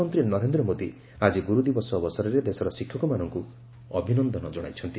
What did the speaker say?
ପ୍ରଧାନମନ୍ତ୍ରୀ ନରେନ୍ଦ୍ର ମୋଦୀ ଆଜି ଗୁରୁ ଦିବସ ଅବସରରେ ଦେଶର ଶିକ୍ଷକମାନଙ୍କୁ ଅଭିନନ୍ଦନ ଜଣାଇଛନ୍ତି